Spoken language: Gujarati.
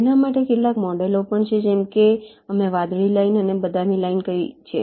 તેના માટે કેટલાક મોડેલો પણ છે જેમ કે અમે વાદળી લાઇન અને બદામી લાઇન કહી છે